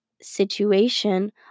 situation